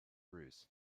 bruise